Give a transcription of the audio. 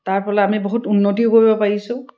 তাৰ ফলত আমি বহুত উন্নতিও কৰিব পাৰিছোঁ